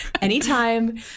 anytime